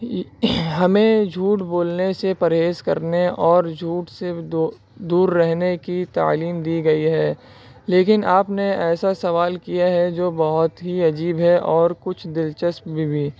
ہمیں جھوٹ بولنے سے پرہیز کرنے اور جھوٹ سے دو دور رہنے کی تعلیم دی گئی ہے لیکن آپ نے ایسا سوال کیا ہے جو بہت ہی عجیب ہے اور کچھ دلچسپ بھی